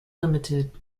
limited